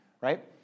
right